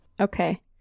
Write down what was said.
Okay